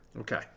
Okay